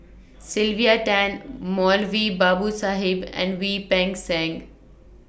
Sylvia Tan Moulavi Babu Sahib and Wein Peng Seng